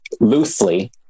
loosely